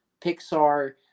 pixar